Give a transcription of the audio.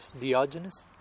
Diogenes